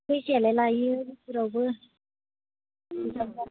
फैसायालाय लायो बेफोरावबो